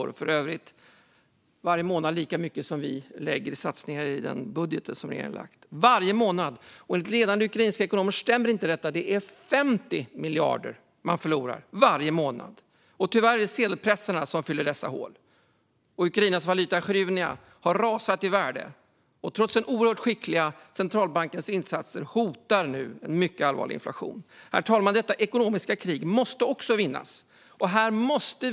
Det är för övrigt lika mycket varje månad som regeringen satsar i den budget man har lagt. Och enligt ledande ukrainska ekonomer stämmer inte detta, utan det är 50 miljarder man förlorar - varje månad! Tyvärr är det sedelpressarna som fyller dessa hål. Ukrainas valuta hryvnia har rasat i värde. Trots den oerhört skickliga centralbankens insatser hotar nu en mycket allvarlig inflation. Herr talman! Detta ekonomiska krig måste också vinnas.